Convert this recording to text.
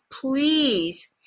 please